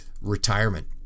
retirement